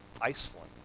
Iceland